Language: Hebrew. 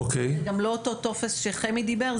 זה גם לא אותו טופס שחמי דיבר,